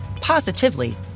positively